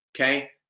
Okay